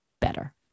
better